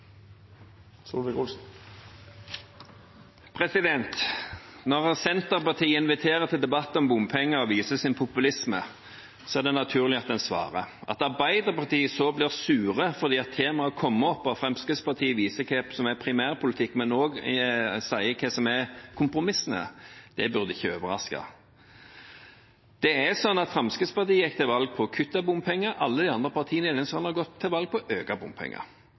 til behandling. Når Senterpartiet inviterer til debatt om bompenger og viser sin populisme, er det naturlig at en svarer. At Arbeiderpartiet så blir sure fordi temaet kom opp og Fremskrittspartiet viser hva som er primærpolitikken, men også sier hva som er kompromissene, burde ikke overraske. Fremskrittspartiet gikk til valg på å kutte bompenger. Alle de andre partiene i denne salen har gått til valg på å øke bompengene. Kompromisset er lavere bompenger,